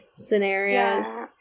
scenarios